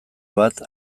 bat